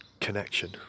connection